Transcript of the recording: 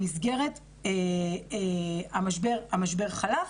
המשבר חלף,